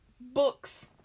books